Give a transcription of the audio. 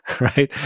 right